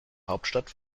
hauptstadt